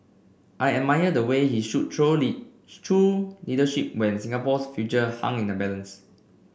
I admire the way he showed truly true leadership when Singapore's future hung in the balance